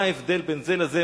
מה ההבדל בין זה לזה,